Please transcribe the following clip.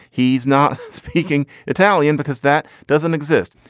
he's not speaking italian because that doesn't exist.